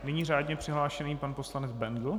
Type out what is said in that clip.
Nyní řádně přihlášený pan poslanec Bendl.